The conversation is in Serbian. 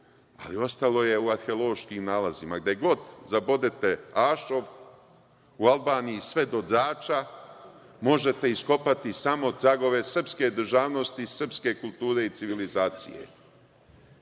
ali ostalo je u arheološkim nalazima. Gde god zabodete ašov u Albaniji, sve do Drača, možete iskopati samo tragove srpske državnosti i srpske kulture i civilizacije. Jedan